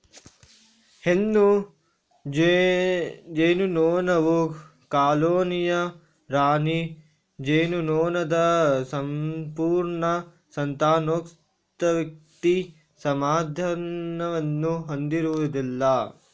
ಹೆಣ್ಣು ಜೇನುನೊಣವು ಕಾಲೋನಿಯ ರಾಣಿ ಜೇನುನೊಣದ ಸಂಪೂರ್ಣ ಸಂತಾನೋತ್ಪತ್ತಿ ಸಾಮರ್ಥ್ಯವನ್ನು ಹೊಂದಿರುವುದಿಲ್ಲ